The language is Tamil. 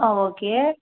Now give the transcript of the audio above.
ஆ ஓகே